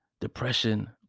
depression